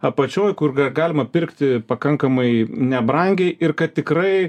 apačioj kur galima pirkti pakankamai nebrangiai ir kad tikrai